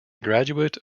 graduate